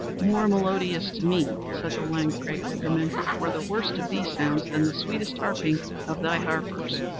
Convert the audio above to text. more melodious to me, said the lank, grey beggarman, were the worst of these sounds than the sweetest harping of thy harpers.